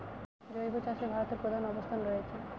জৈব চাষে ভারত প্রথম অবস্থানে রয়েছে